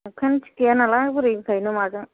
अखायानो थिग गैयानालाय बोरै गायनो माजों